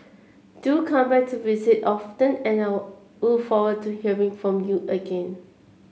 do come back to visit often and I'll look forward to hearing from you again